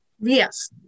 yes